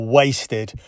wasted